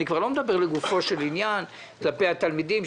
אני כבר לא מדבר לגופו של עניין כלפי התלמידים,